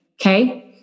Okay